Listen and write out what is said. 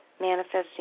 manifesting